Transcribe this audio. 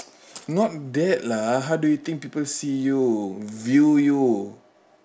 not that lah how do did people see you view you